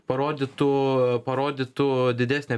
parodytų parodytų didesnę